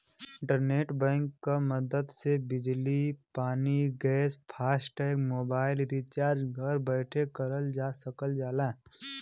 internet bank क मदद से बिजली पानी गैस फास्टैग मोबाइल रिचार्ज घर बैठे करल जा सकल जाला